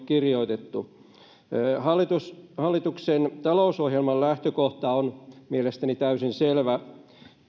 kirjoitettu hallituksen talousohjelman lähtökohta on mielestäni täysin selvä